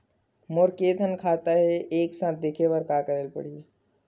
मोर के थन खाता हे एक साथ देखे बार का करेला पढ़ही?